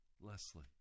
Leslie